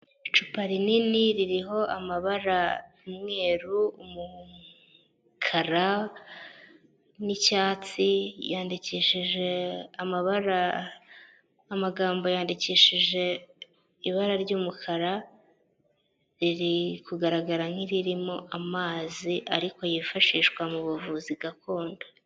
Icupa rinini ririho amabara: umweru, umukara n'icyatsi yandikishije amabara, amagambo yandikishije ibara ry'umukara, riri kugaragara nk'iririmo amazi, ariko yifashishwa mu buvuzi gakondo.